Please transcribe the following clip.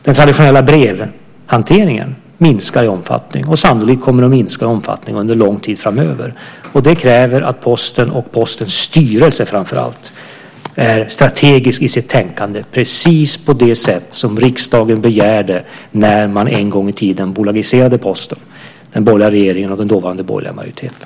Den traditionella brevhanteringen minskar i omfattning, och sannolikt kommer den att minska i omfattning under lång tid framöver. Det kräver att Posten och framför allt Postens styrelse är strategisk i sitt tänkande, precis på det sätt som riksdagen begärde när den borgerliga regeringen och den dåvarande borgerliga majoriteten en gång i tiden bolagiserade Posten.